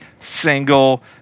single